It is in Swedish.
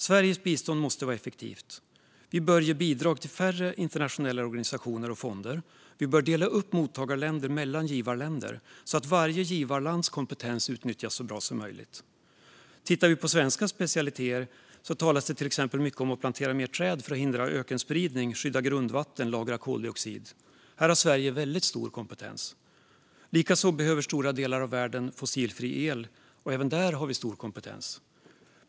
Sveriges bistånd måste vara effektivt. Vi bör ge bidrag till färre internationella organisationer och fonder. Vi bör dela upp mottagarländer mellan givarländer, så att varje givarlands kompetens utnyttjas så bra som möjligt. Bland svenska specialiteter talas det till exempel mycket om att plantera mer träd för att hindra ökenspridning, att skydda grundvatten och att lagra koldioxid. Här har Sverige väldigt stor kompetens. Likaså behöver stora delar av världen fossilfri el, och även där har vi stor kompetens.